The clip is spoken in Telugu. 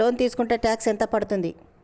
లోన్ తీస్కుంటే టాక్స్ ఎంత పడ్తుంది?